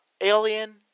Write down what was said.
alien